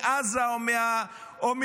בעזה או בלבנון,